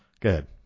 good